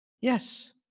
Yes